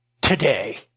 today